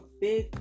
big